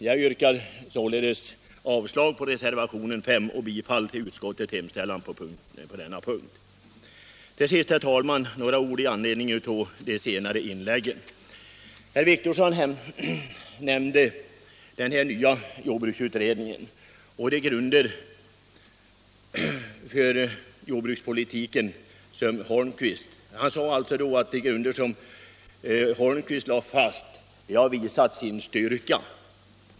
Jag yrkar således bifall till utskottets hemställan på denna punkt, vilket innebär avslag på reservationen 5. Till sist, herr talman, vill jag säga några ord i anledning av de senare inläggen. Herr Wictorsson nämnde den nya jordbruksutredningen och sade att de grunder för jordbrukspolitiken som förutvarande jordbruksministern Holmqvist lade fast har visat sin styrka.